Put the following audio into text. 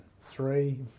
three